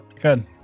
Good